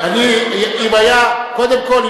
קודם כול,